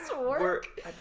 work